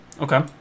Okay